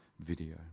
video